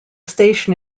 station